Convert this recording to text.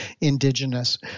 Indigenous